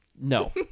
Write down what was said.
no